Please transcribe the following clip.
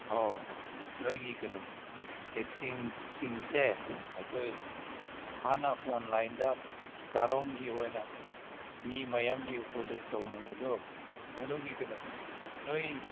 ꯑꯧ ꯅꯣꯏꯒꯤ ꯀꯩꯅꯣ ꯕꯦꯛꯁꯤꯟꯁꯤꯡꯁꯦ ꯑꯩꯈꯣꯏ ꯍꯥꯟꯅ ꯑꯣꯟꯂꯥꯏꯟꯗ ꯀꯥꯔꯣꯡꯒꯤ ꯑꯣꯏꯅ ꯃꯤ ꯃꯌꯥꯝꯒꯤ ꯑꯣꯗꯔ ꯇꯧꯅꯕꯗꯣ ꯑꯗꯨꯒꯤ ꯀꯩꯅꯣ ꯅꯣꯏ